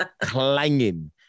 Clanging